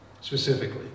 specifically